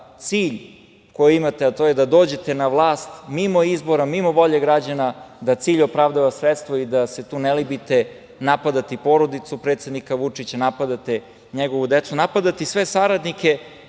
cilj koji imate, a to je da dođete na vlast mimo izbora, mimo volje građana, da cilj opravdava sredstvo i da se tu ne libite napadati porodicu predsednika Vučića, napadate njegovu decu, napadate i sve saradnike,